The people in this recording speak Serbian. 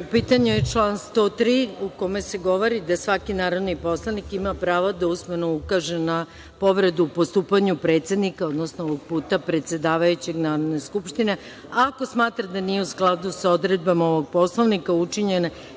U pitanju je član 103. u kome se govori da svaki narodni poslanik ima pravo da usmeno ukaže na povredu u postupanju predsednika, odnosno ovog puta predsedavajućeg Narodne skupštine, ako smatra da nije u skladu sa odredbama ovog Poslovnika učinjenoj